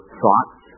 thoughts